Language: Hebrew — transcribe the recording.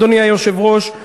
אדוני היושב-ראש,